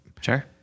Sure